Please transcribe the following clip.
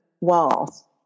walls